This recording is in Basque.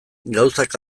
gauzak